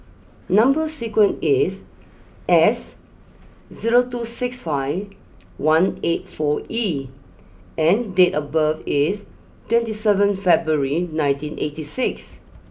number sequence is S zero two six five one eight four E and date of birth is twenty seven February nineteen eighty six